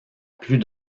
plus